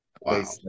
Wow